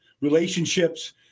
relationships